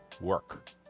work